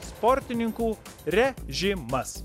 sportininkų režimas